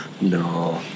No